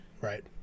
Right